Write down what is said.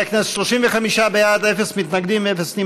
חברי הכנסת, 35 בעד, אפס מתנגדים, אפס נמנעים.